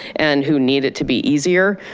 and who need it to be easier.